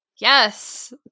yes